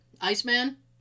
iceman